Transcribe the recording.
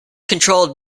controlled